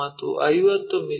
ಮತ್ತು 50 ಮಿ